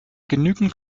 genügend